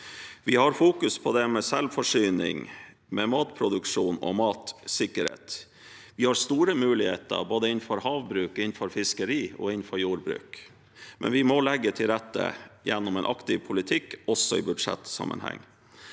Vi har fokus på selvforsyning, matproduksjon og matsikkerhet. Vi har store muligheter innenfor både havbruk, fiskeri og jordbruk, men vi må legge til rette gjennom en aktiv politikk også i budsjettsammenheng.